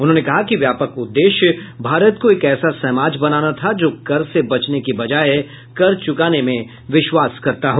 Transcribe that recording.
उन्होंने कहा कि व्यापक उद्देश्य भारत को एक ऐसा समाज बनाना था जो कर से बचने की बजाए कर चुकाने में विश्वास करता हो